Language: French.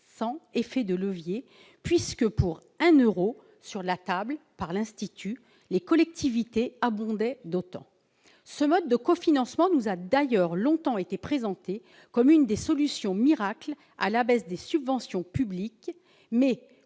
effet de levier, puisque, pour un euro mis sur la table par l'institut, les collectivités territoriales abondaient d'autant. Ce mode de cofinancement nous a d'ailleurs longtemps été présenté comme l'une des solutions miracles à la baisse des subventions publiques.